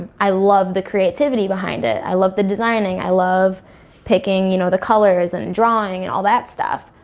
i love the creativity behind it. i love the designing. i love picking you know the colors and drawing and all that stuff,